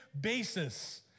basis